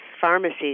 pharmacies